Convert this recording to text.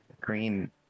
Green